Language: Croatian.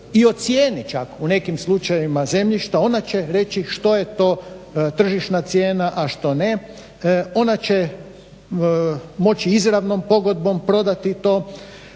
i o cijeni čak u nekim slučajevima zemljišta, ona će reći što je to tržišna cijena, a što ne. Ona će moći izravnom pogodbom prodati to.